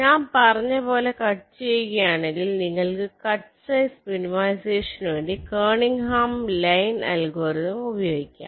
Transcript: ഞാൻ പറഞ്ഞത് പോലെ കട്ട് ചെയ്യുകയാണെങ്കിൽ നിങ്ങൾക്ക് കട്ട് സൈസ് മിനിമൈസേഷന് വേണ്ടി കെർണിങ്ങ്ഹാം ലൈൻ അൽഗോരിതം ഉപയോഗിക്കാം